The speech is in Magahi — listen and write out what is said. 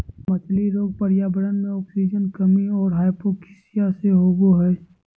मछली रोग पर्यावरण मे आक्सीजन कमी और हाइपोक्सिया से होबे हइ